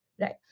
right